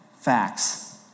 facts